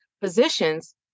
positions